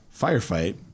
firefight